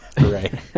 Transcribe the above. Right